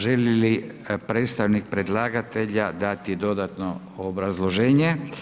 Želi li predstavnik predlagatelja dati dodatno obrazloženje?